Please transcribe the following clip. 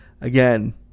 again